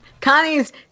Connie's